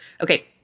Okay